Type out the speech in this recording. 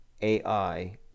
AI